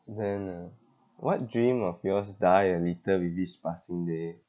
then uh what dream of yours die a little with each passing day